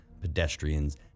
pedestrians